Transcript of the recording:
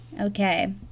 Okay